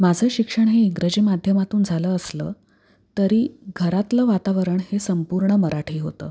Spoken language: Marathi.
माझं शिक्षण हे इंग्रजी माध्यमातून झालं असलं तरी घरातलं वातावरण हे संपूर्ण मराठी होतं